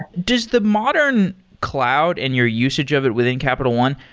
does the modern cloud and your usage of it within capital one,